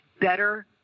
better